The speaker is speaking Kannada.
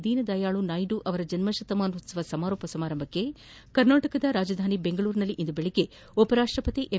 ದೀನದಯಾಳು ನಾಯ್ದ ಅವರ ಜನ್ನತಮಾನೋತ್ಲವ ಸಮಾರೋಪ ಸಮಾರಂಭಕ್ಕೆ ಕರ್ನಾಟಕದ ಬೆಂಗಳೂರಿನಲ್ಲಿ ಇಂದು ಬೆಳಗ್ಗೆ ಉಪರಾಷ್ಪಪತಿ ಎಂ